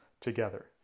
together